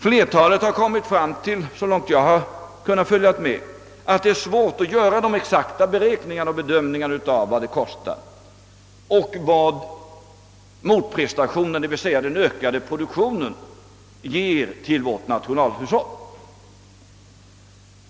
Flertalet har kommit till resultatet — så långt jag har kunnat följa med — att det är svårt att beräkna, framför allt att beräkna exakt, vad det kostar och vad de motprestationer är värda som den ökade produktionen ger till vårt nationalhushåll.